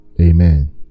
Amen